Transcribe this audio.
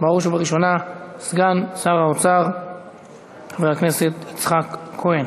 בראש ובראשונה סגן שר האוצר חבר הכנסת יצחק כהן.